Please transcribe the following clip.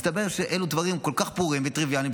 מסתבר שאלו דברים כל כך ברורים וטריוויאליים,